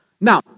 Now